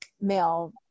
male